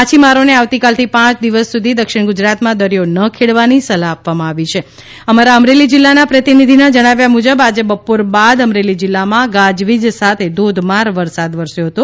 માછીમારોને આવતીકાલથી પાંચ દિવસ સુધી દક્ષિણ ગુજરાતમાં દરિયો ન ખેડવાની સલાહ આપી છ અમારા અમરેલી જિલ્લાના પ્રતિનિધિના જણાવ્યા મુજબ આજે બપોર બાદ અમરેલી જિલ્લામાં ગાજવીજ સાથે ધોધમાર વરસાદ વરસ્યો હતો